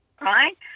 right